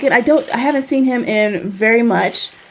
yeah i don't. i haven't seen him in very much.